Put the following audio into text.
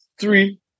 three